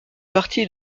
partie